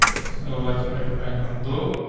so let's right the background blue.